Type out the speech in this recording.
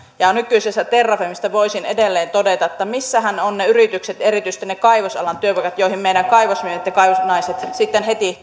ja nykyisestä terrafamesta voisin edelleen todeta että missähän ovat ne yritykset ja erityisesti ne kaivosalan työpaikat joihin meidän kaivosmiehet ja kaivosnaiset sitten heti